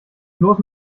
bloß